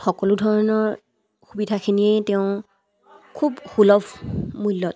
সকলো ধৰণৰ সুবিধাখিনিয়েই তেওঁ খুব সুলভ মূল্যত